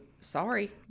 Sorry